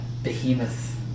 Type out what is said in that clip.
behemoth